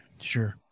Sure